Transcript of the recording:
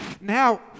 Now